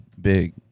big